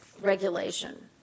regulation